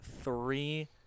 three